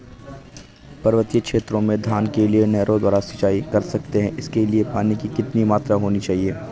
पर्वतीय क्षेत्रों में धान के लिए नहरों द्वारा सिंचाई कर सकते हैं इसके लिए पानी की कितनी मात्रा होनी चाहिए?